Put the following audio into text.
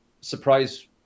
surprise